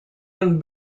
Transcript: and